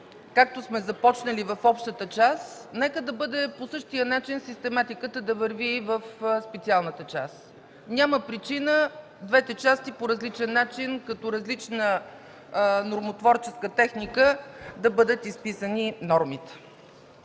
както сме започнали в общата част, нека да бъде по същия начин и тук систематиката да върви и в специалната част. Няма причина в двете части по различен начин, като различна нормотворческа техника, да бъдат изписвани нормите.